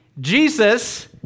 Jesus